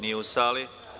Nije u sali.